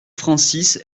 francis